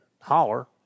holler